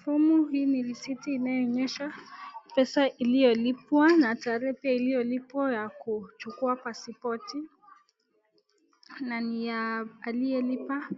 Fomu hii ni receipt inayoonyesha pesa iliyolipwa na tarehe iliyolipwa ya kuchukua passport . Na ni ya aliyelipa